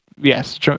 yes